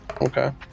Okay